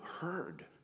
heard